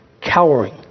cowering